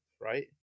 right